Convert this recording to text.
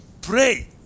pray